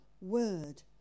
word